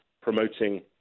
promoting